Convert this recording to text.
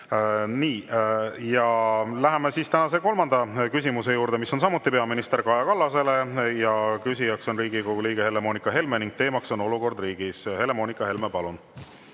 palun! Läheme tänase kolmanda küsimuse juurde, mis on samuti peaminister Kaja Kallasele, küsija on Riigikogu liige Helle-Moonika Helme ning teema on olukord riigis. Helle-Moonika Helme, palun!